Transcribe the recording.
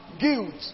guilt